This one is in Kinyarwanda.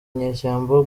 inyeshyamba